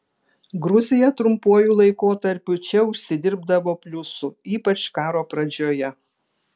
gruzija trumpuoju laikotarpiu čia užsidirbdavo pliusų ypač karo pradžioje